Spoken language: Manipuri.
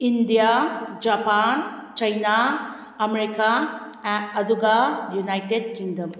ꯏꯟꯗꯤꯌꯥ ꯖꯄꯥꯟ ꯆꯩꯅꯥ ꯑꯥꯃꯦꯔꯤꯀꯥ ꯑꯗꯨꯒ ꯌꯨꯅꯥꯏꯇꯦꯗ ꯀꯤꯡꯗꯝ